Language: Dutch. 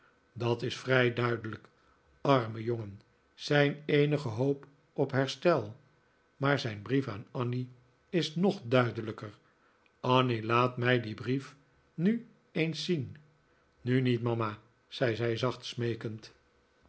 dat is vrij duidelijk arme jongen zijn eenige hoop op herstel maar zijn brief aan annie is nog duidelijker annie laat mij dien brief nog eens zien nu niet mama zei zij zacht